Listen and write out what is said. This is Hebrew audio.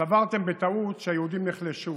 סברתם בטעות שהיהודים נחלשו,